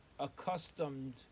accustomed